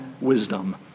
wisdom